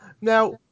now